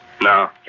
No